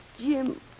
Jim